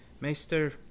Maester